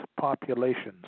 Populations